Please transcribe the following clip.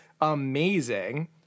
amazing